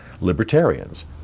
libertarians